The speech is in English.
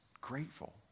grateful